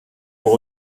pour